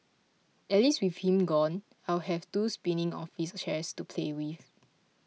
at least with him gone I'll have two spinning office chairs to play with